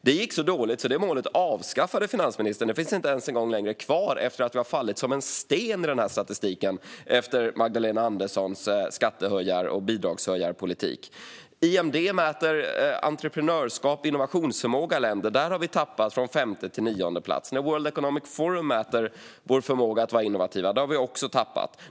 Det gick så dåligt med det målet att finansministern avskaffade det. Det finns inte ens en gång kvar efter att vi har fallit som en sten i den här statistiken efter Magdalena Anderssons skatte och bidragshöjarpolitik. IMD mäter entreprenörskap och innovationsförmåga hos länder, och där har vi halkat ned från femte till nionde plats. I World Economic Forums mätning av förmågan att vara innovativa har vi också tappat.